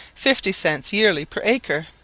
fifty cents yearly per acre.